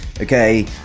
Okay